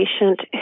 patient